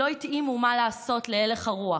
שלא התאימו, מה לעשות, להלך הרוח.